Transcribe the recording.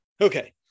okay